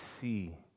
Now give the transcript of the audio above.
see